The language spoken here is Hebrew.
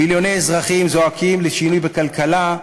מיליוני אזרחים זועקים לשינוי בכלכלה,